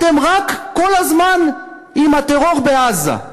אתם רק כל הזמן עם הטרור בעזה.